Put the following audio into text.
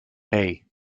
hey